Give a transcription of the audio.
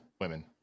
women